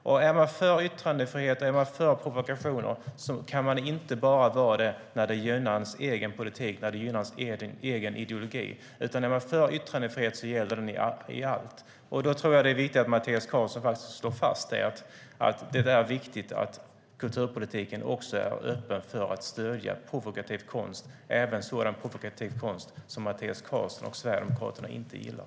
Men är man för yttrandefrihet och provokationer kan man inte bara vara det när det gynnar ens egen politik och ideologi. Är man för yttrandefrihet gäller den i allt. Det är därför angeläget att Mattias Karlsson slår fast att det är viktigt att kulturpolitiken också är öppen för att stödja provokativ konst, även sådan provokativ konst som Mattias Karlsson och Sverigedemokraterna inte gillar.